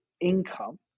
income